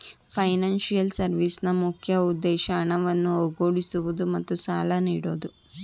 financial ಸರ್ವಿಸ್ನ ಮುಖ್ಯ ಉದ್ದೇಶ ಹಣವನ್ನು ಒಗ್ಗೂಡಿಸುವುದು ಮತ್ತು ಸಾಲ ನೀಡೋದು